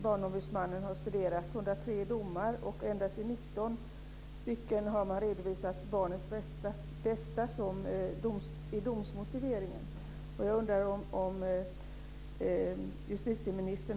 Barnombudsmannen har studerat 103 domar, och i endast 19 av dem har man redovisat barnets bästa i domsmotiveringen.